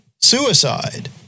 suicide